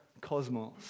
cosmos